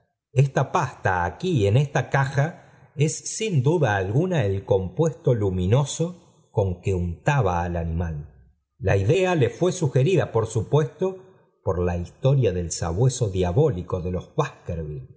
esta pasta aquí en esta caja es sin duda alguna el compuesto luminoso con que untaba al animal la idea le fue sugerida por supuesto por la historia del sabueso diabólico de los